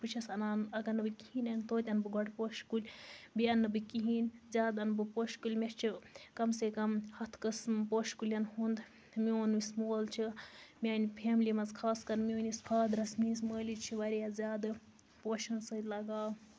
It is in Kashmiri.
بہٕ چھَس اَنان اَگر نہٕ وۅںۍ کِہیٖنٛۍ اَنہٕ توتہِ اَنہٕ بہٕ گۄڈٕ پوشہِ کُلۍ بیٚیہِ اَنہٕ نہٕ بہٕ کِہیٖنٛۍ زیادٕ اَنہٕ بہٕ پوشہٕ کُلۍ مےٚ چھِ کَم سے کَم ہَتھ قٔسمہٕ پوشہٕ کُلین ہُنٛد میٛون یُس مول چھُ میٛانہِ فیملی منٛز خاص کر میٛٲنِس فادرَس میٛٲنِس مٲلِس چھِ واریاہ زیادٕ پوشَن سۭتۍ لَگاو